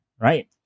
right